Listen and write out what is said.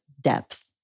depth